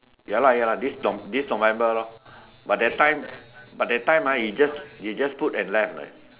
ya lah ya lah this Nov this November lor but that time but that time ah they just they just put and left leh